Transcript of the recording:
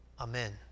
amen